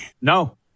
No